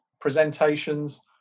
presentations